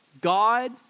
God